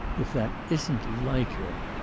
if that isn't like her!